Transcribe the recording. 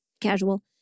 casual